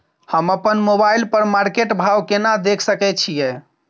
हम अपन मोबाइल पर मार्केट भाव केना देख सकै छिये?